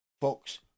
Fox